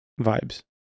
vibes